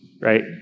right